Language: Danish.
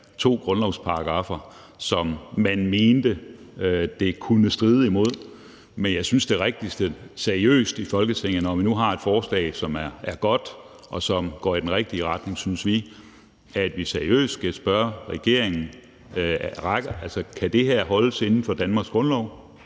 to grundlovsparagraffer, som man mente det kunne stride imod. Men jeg synes, det rigtigste er, når vi nu har et forslag, som er godt, og som vi synes går i den rigtige retning, at vi seriøst skal spørge regeringen, om det her kan holdes inden for Danmarks grundlov,